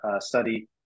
study